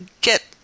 get